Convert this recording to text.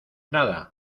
nada